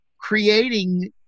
creating